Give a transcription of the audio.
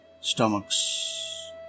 stomachs